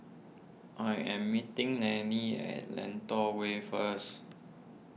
I am meeting Nelly at Lentor Way first